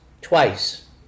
twice